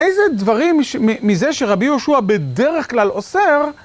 איזה דברים מזה שרבי יהושע בדרך כלל אוסר